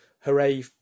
Hooray